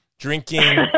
Drinking